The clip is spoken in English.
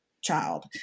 child